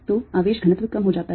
तो आवेश घनत्व कम हो जाता है